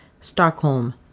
Stockholm